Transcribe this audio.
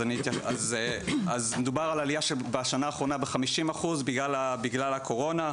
אז מדובר על עלייה שבשנה האחרונה בחמישים אחוז בגלל הקורונה,